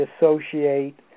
associate